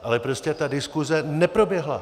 Ale prostě ta diskuse neproběhla.